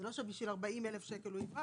זה לא שבשביל 40,000 שקלים הוא יברח,